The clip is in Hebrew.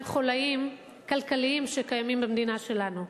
חוליים כלכליים שקיימים במדינה שלנו.